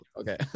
Okay